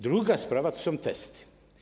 Druga sprawa to są testy.